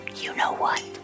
you-know-what